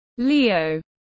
Leo